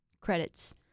credits